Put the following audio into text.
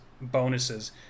bonuses